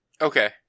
Okay